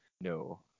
No